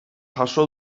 jaso